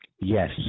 Yes